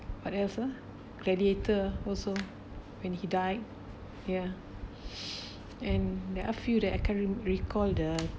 what else ah gladiator also when he died ya and there are few the I can't recall the